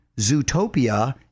Zootopia